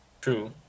true